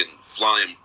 flying